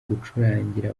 gucurangira